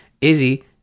Izzy